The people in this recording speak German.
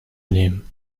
nehmen